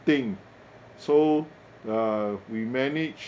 so uh we manage